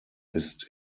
ist